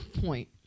Point